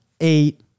eight